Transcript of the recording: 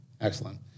Excellent